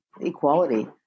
equality